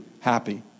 happy